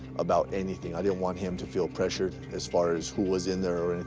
about anything, i didn't want him to feel pressured, as far as who was in there, or